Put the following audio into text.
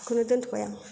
बेखौनो दोनथ'बाय आं